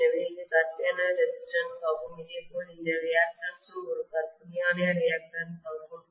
எனவே இது கற்பனையான ரெசிஸ்டன்ஸ் ஆகும் அதேபோல் இந்த ரியாக்டன்ஸ் ம் ஒரு கற்பனையான ரியாக்டன்ஸ் ஆகும்